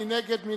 מי נגד?